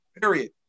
Period